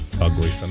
ugly